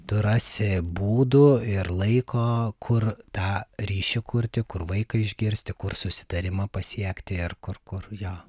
tu rasi būdų ir laiko kur tą ryšį kurti kur vaiką išgirsti kur susitarimą pasiekti ir kur kur jo